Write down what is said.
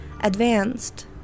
advanced